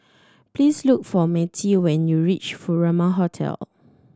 please look for Mattye when you reach Furama Hotel